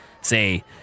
say